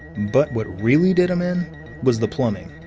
but what really did em in was the plumbing,